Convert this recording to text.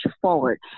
forward